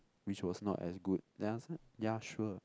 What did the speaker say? which was not as good then I was like ya sure